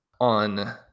on